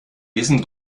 diesem